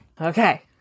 Okay